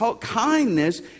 kindness